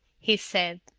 he said.